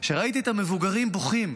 שראיתי את המבוגרים בוכים,